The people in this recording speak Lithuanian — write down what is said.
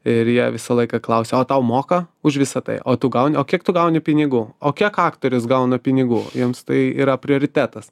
ir jie visą laiką klausia o tau moka už visa tai o tu gauni o kiek tu gauni pinigų o kiek aktorius gauna pinigų jiems tai yra prioritetas